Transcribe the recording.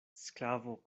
sklavo